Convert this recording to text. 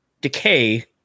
decay